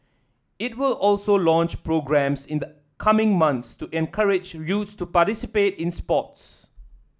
it will also launch programmes in the coming months to encourage youths to participate in sports